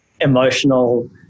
emotional